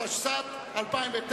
התשס"ט 2009,